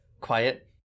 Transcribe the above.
quiet